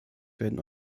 werden